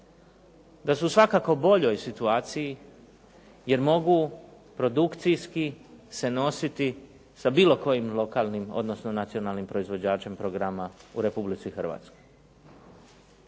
da su u svakako boljoj situaciji jer mogu produkcijski se nositi sa bilo kojim lokalnim, odnosno nacionalnim proizvođačem programa u Republici Hrvatskoj.